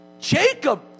Jacob